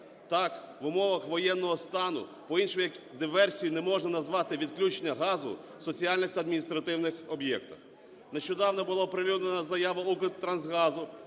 Так, в умовах воєнного стану, по-іншому як диверсією, не можна назвати відключення газу в соціальних та адміністративних об'єктах. Нещодавно була оприлюднена заява "Укртрансгазу"